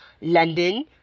London